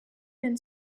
then